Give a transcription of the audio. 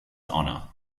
honour